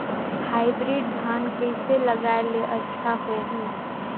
Hybrid धान कइसे लगाय ले अच्छा होही?